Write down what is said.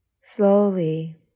Slowly